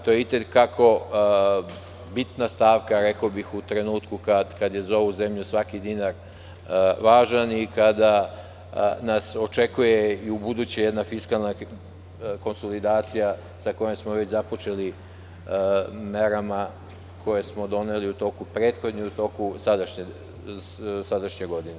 To je i te kako bitna stavka u trenutku kada je za ovu zemlju svaki dinar važan i kada nas očekuje i ubuduće jedna fiskalna konsolidacija sa kojom smo već započeli merama koje smo doneli u toku prethodne i u toku sadašnje godine.